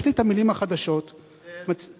יש לי את המלים החדשות, כן.